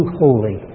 holy